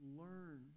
learn